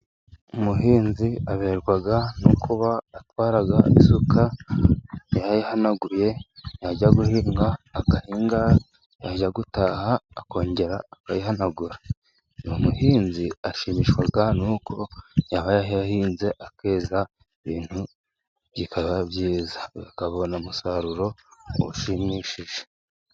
Umuhinzi aberwa no kuba atwara isuka yayihanaguye. Yajya guhinga agahinga, yajya gutaha akongera akayihanagura. Uyu muhinzi ashimishwa n'uko yaba yarahinze akeza, ibintu bikaba byiza, akabona umusaruro ushimishije.